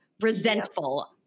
resentful